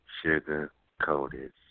sugar-coated